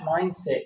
mindset